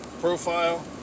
profile